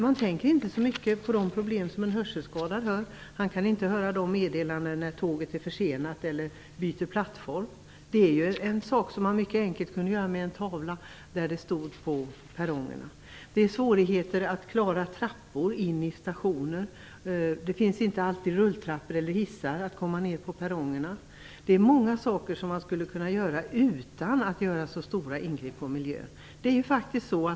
Man tänker inte så mycket på de problem som en hörselskadad har; han kan inte höra meddelanden om att tåget är försenat eller byter plattform. Det är en sak som mycket enkelt skulle kunna åtgärdas med tavlor på perrongerna. Det är svårigheter att klara trappor in till stationer. Det finns inte alltid rulltrappor eller hissar för att komma ned till perrongerna. Det är många saker som skulle kunna göras utan att det blir stora ingrepp i miljön.